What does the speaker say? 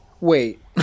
Wait